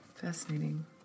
Fascinating